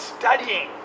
Studying